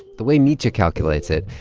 the way mitya calculates it,